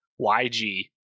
YG